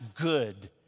good